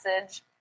message